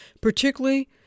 particularly